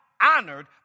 honored